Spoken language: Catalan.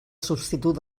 substitut